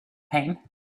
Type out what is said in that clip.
pain